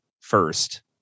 first